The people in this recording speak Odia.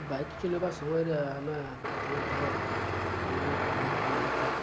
ବାଇକ୍ ଚଲାଇବା ସମୟରେ ଆମେ ପ୍ରଥମତଃ ହେଲମେଟ୍ ବ୍ୟବହାର କରିବା କଥା